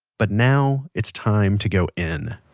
but now, it's time to go in